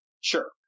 Sure